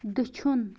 دٔچھُن